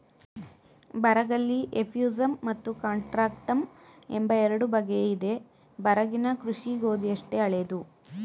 ಬರಗಲ್ಲಿ ಎಫ್ಯೂಸಮ್ ಮತ್ತು ಕಾಂಟ್ರಾಕ್ಟಮ್ ಎಂಬ ಎರಡು ಬಗೆಯಿದೆ ಬರಗಿನ ಕೃಷಿ ಗೋಧಿಯಷ್ಟೇ ಹಳೇದು